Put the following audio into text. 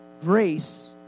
Grace